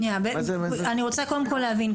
שניה, אני רוצה קודם כל להבין.